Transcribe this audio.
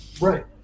Right